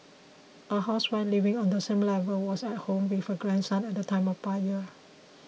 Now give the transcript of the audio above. a housewife living on the same level was at home with her grandson at the time of the fire